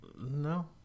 No